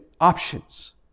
options